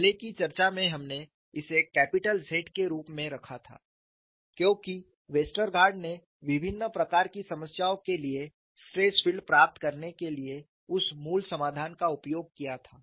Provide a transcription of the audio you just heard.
पहले की चर्चा में हमने इसे कॅपिटल Z के रूप में रखा था क्योंकि वेस्टरगार्ड ने विभिन्न प्रकार की समस्याओं के लिए स्ट्रेस फील्ड प्राप्त करने के लिए उस मूल समाधान का उपयोग किया था